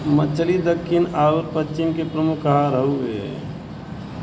मछली दक्खिन आउर पश्चिम के प्रमुख आहार हउवे